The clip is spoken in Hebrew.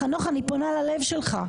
חנוך, אני פונה ללב שלך.